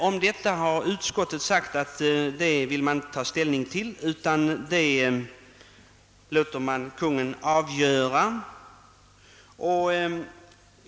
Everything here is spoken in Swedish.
Om detta har utskottet sagt att man inte vill ta ställning, utan det överlåter man till Kungl. Maj:t.